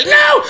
no